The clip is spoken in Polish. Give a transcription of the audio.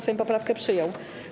Sejm poprawkę przyjął.